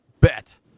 bet